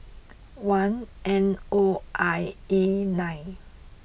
one N O I A nine